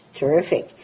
terrific